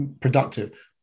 productive